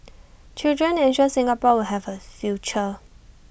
children ensure Singapore will have A future